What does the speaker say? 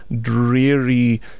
dreary